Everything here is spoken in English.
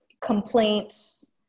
complaints